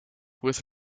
with